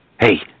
Hey